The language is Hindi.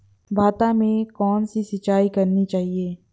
भाता में कौन सी सिंचाई करनी चाहिये?